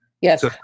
Yes